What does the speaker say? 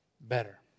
better